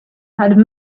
had